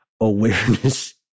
awareness